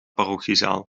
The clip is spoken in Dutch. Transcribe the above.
parochiezaal